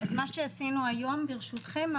אז מה שעשינו היום ברשותכם,